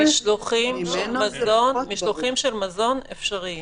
משלוחים של מזון אפשריים.